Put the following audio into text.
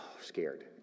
scared